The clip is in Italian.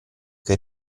che